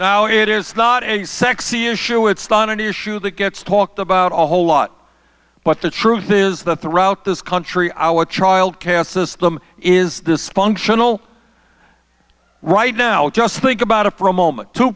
now it is not a sexy issue it's not an issue that gets talked about a whole lot but the truth is that throughout this country our child care system is this functional right now just think about it for a moment t